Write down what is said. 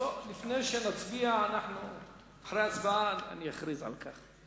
אחרי ההצבעה אני אכריז על כך.